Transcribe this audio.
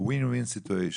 win-win situation,